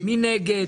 מי נגד?